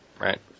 right